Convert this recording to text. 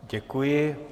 Děkuji.